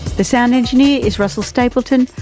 the sound engineer is russell stapleton.